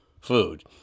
food